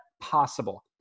possible